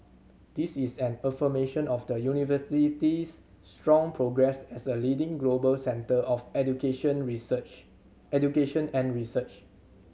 this is an affirmation of the University's strong progress as a leading global centre of education research education and research